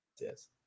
Yes